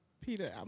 Peter